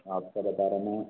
आपका बता रहा मैं